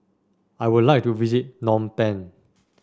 I would like to visit Phnom Penh